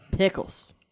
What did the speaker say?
Pickles